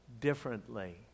differently